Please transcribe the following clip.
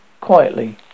quietly